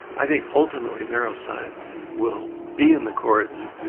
i think ultimately neuroscience will be in the courts.